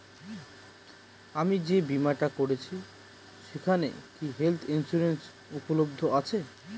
আমি যে বীমাটা করছি সেইখানে কি হেল্থ ইন্সুরেন্স উপলব্ধ আছে?